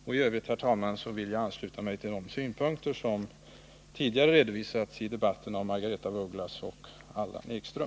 I övrigt, herr talman, vill jag ansluta mig till de synpunkter som tidigare redovisats i debatten av Margaretha af Ugglas och Allan Ekström.